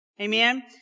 Amen